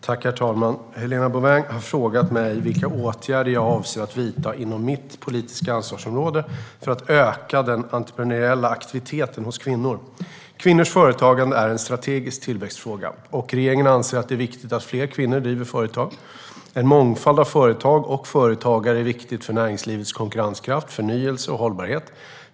Herr talman! Helena Bouveng har frågat mig vilka åtgärder jag avser att vidta inom mitt politiska ansvarsområde för att öka den entreprenöriella aktiviteten hos kvinnor. Kvinnors företagande är en strategisk tillväxtfråga, och regeringen anser att det är viktigt att fler kvinnor driver företag. En mångfald av företag och företagare är viktigt för näringslivets konkurrenskraft, förnyelse och hållbarhet.